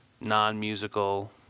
non-musical